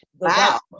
Wow